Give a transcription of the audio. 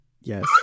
Yes